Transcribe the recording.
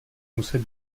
muset